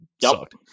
sucked